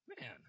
Man